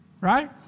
Right